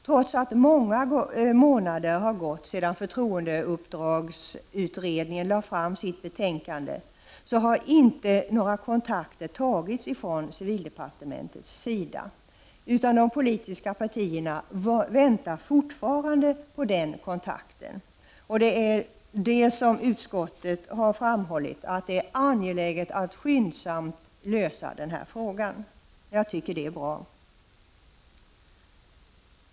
Trots att många månader har gått sedan förtroendeuppdragsutredningen lade fram sitt betänkande har några kontakter inte tagits från civildepartementets sida, utan de politiska partierna väntar fortfarande på den kontakten. Utskottet har framhållit att det är angeläget att denna fråga skyndsamt löses. Det är bra.